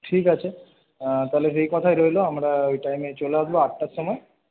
ঠিক আছে তাহলে এই কথাই রইল আমরা ওই টাইমেই চলে আসব আটটার সময়